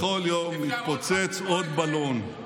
בכל יום מתפוצץ עוד בלון.